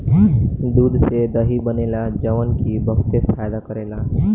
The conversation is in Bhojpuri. दूध से दही बनेला जवन की बहुते फायदा करेला